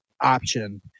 option